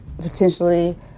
potentially